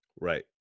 right